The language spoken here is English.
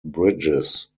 bridges